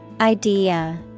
Idea